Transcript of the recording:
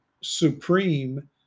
supreme